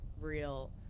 real